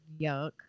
yuck